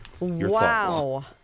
Wow